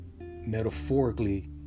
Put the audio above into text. metaphorically